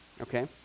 okay